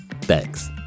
Thanks